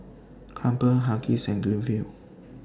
Crumpler Huggies and Greenfields